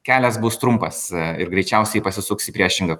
kelias bus trumpas ir greičiausiai pasisuks į priešingą